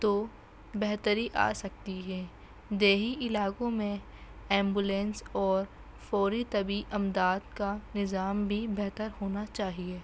تو بہتری آ سکتی ہے دیہی علاقوں میں ایمبولینس اور فوری طبی امداد کا نظام بھی بہتر ہونا چاہیے